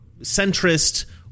centrist